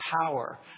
power